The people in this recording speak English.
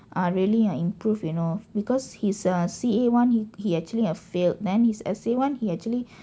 ah really ah improve you know because he's uh C_A one he he actually ah failed then his S_A one he actually